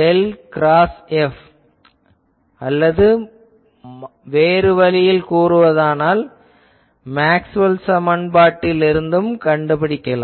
del cross F அல்லது மாற்று வழியில் மேக்ஸ்வெல் சமன்பாட்டிலிருந்து கண்டுபிடிக்கலாம்